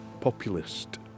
populist